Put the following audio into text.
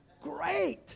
Great